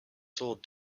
sold